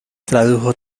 tradujo